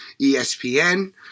ESPN